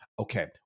Okay